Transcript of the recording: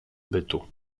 bytu